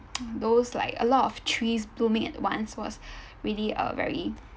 those like a lot of trees blooming at once was really a very